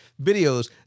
videos